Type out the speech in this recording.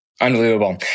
Unbelievable